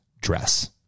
dress